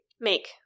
make